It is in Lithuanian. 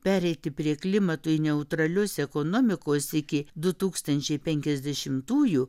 pereiti prie klimatui neutralios ekonomikos iki du tūkstančiai penkiasdešimtųjų